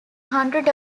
hundred